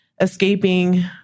escaping